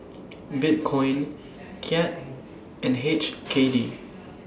Bitcoin Kyat and H K D